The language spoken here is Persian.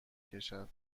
کشد